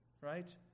right